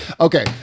Okay